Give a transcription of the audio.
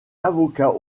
avocat